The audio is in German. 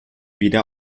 wieder